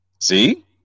See